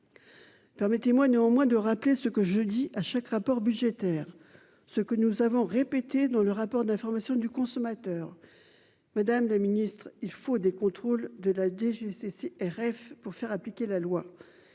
Permettez-moi néanmoins de rappeler ce que je dis à chaque rapport budgétaire, ce que nous avons répété dans le rapport d'information du consommateur. Madame la Ministre, il faut des contrôles de la DGCCRF pour faire appliquer la loi